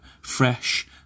fresh